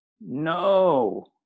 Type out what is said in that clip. No